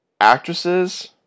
actresses